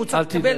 אל תדאג.